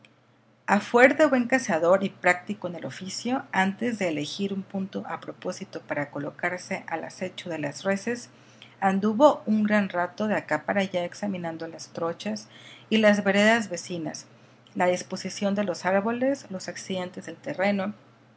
a fuer de buen cazador y práctico en el oficio antes de elegir un punto a propósito para colocarse al acecho de las reses anduvo un gran rato de acá para allá examinando las trochas y las veredas vecinas la disposición de los árboles los accidentes del terreno